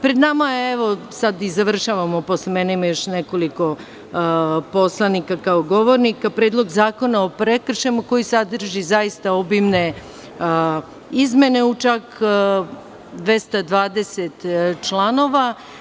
Pred nama je, evo sad i završavamo, posle mene ima još nekoliko poslanika kao govornika, Predlog zakona o prekršajima koji sadrži zaista obimne izmene u čak 220 članova.